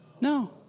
No